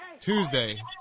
Tuesday